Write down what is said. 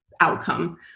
outcome